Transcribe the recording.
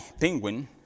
penguin